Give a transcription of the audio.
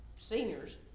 seniors